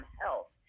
health